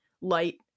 light